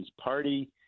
party